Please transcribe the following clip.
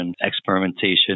experimentation